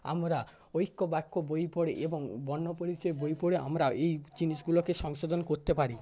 আমরা ঐক্য বাক্য বই পড়ে এবং বর্ণ পরিচয় বই পড়ে আমরা এই জিনিসগুলোকে সংশোধন করতে পারি